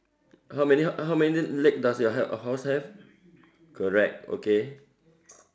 how many how many legs does your h~ horse have correct okay